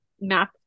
math